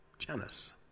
Janice